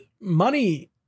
money